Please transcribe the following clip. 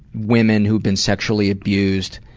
women who've been sexually abused,